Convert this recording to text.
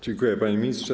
Dziękuję, panie ministrze.